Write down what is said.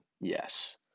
yes